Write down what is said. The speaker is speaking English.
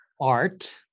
art